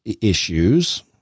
issues